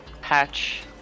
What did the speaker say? Patch